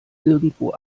irgendwo